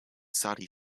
saudi